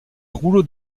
rouleaux